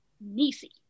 Nisi